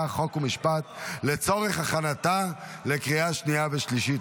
חוק ומשפט לצורך הכנתה לקריאה השנייה והשלישית.